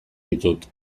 ditut